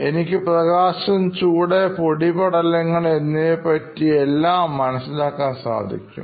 എനിക്ക് പ്രകാശം ചൂട് പൊടിപടലങ്ങൾ എന്നിവയെല്ലാം പറ്റി മനസ്സിലാക്കാൻ സാധിക്കും